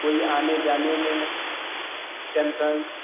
कोई आने जाने में टेन्सन